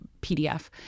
PDF